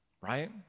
right